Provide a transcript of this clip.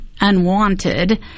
unwanted